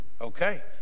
okay